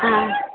हा